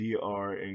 DR